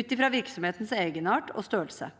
ut fra virksomhetens egenart og størrelse.